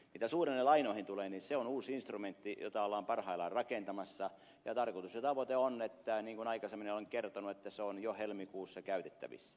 mitä suhdannelainoihin tulee niin se on uusi instrumentti jota ollaan parhaillaan rakentamassa ja tarkoitus ja tavoite on niin kuin aikaisemmin jo olen kertonut että se on jo helmikuussa käytettävissä